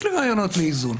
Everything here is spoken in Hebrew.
יש לי רעיונות לאיזון.